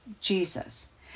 Jesus